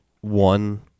one